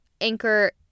Anchor